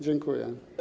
Dziękuję.